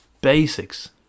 basics